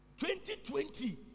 2020